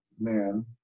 man